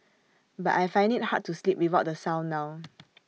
but I find IT hard to sleep without the sound now